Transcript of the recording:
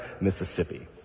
Mississippi